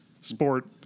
sport